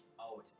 out